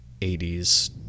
80s